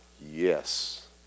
Yes